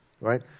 right